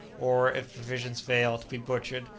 or, if provisions fail, to be butchered,